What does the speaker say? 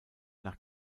nach